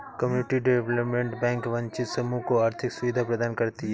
community development bank वंचित समूह को आर्थिक सुविधा प्रदान करती है